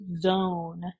zone